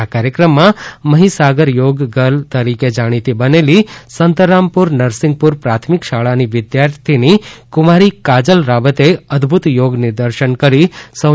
આ કાર્યક્રમમાં મહીસાગર યોગ ગર્લ તરીકે જાણીતી બનેલી સંતરામપુર નરસિંગપુર પ્રાથમિક શાળાની વિદ્યાર્થીની કુમારી કાજલ રાવતે અદભૂત યોગ નિદર્શન કરી સૌને મંત્રમુગ્ધ કર્યા હતા